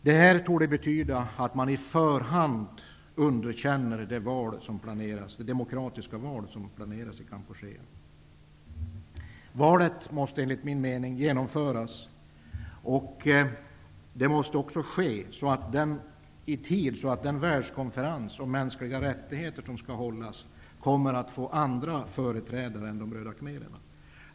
Det här torde betyda att man i förhand underkänner de demokratiska val som planeras i Kambodja. Valet måste enligt min mening genomföras. Det måste ske i tid, så att det blir andra företrädare än de röda khmererna vid den världskonferens som skall hållas om mänskliga rättigheter.